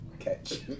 Catch